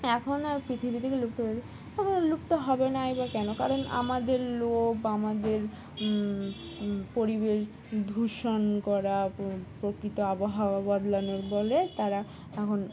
এখন আর পৃথিবী থেকে লুপ্ত হয়েছে এখন লুপ্ত হবে নাই বা কেন কারণ আমাদের লোক আমাদের পরিবেশ দূষণ করা প্রকৃত আবহাওয়া বদলানোর বলে তারা এখন